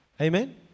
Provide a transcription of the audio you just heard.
Amen